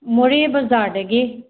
ꯃꯣꯔꯦ ꯕꯥꯖꯥꯔꯗꯒꯤ